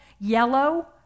yellow